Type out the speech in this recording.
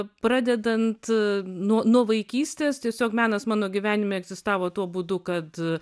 pradedant nuo nuo vaikystės tiesiog menas mano gyvenime egzistavo tuo būdu kad